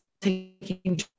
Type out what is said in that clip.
taking